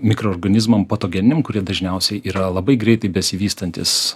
mikroorganizmam patogeniniam kurie dažniausiai yra labai greitai besivystantys